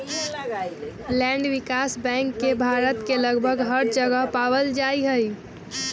land विकास bank के भारत के लगभग हर जगह पावल जा हई